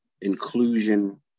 inclusion